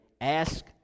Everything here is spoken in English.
ask